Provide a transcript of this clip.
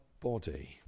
body